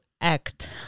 act